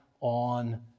on